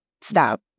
stop